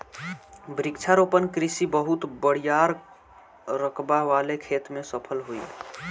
वृक्षारोपण कृषि बहुत बड़ियार रकबा वाले खेत में सफल होई